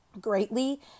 greatly